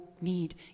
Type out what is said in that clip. need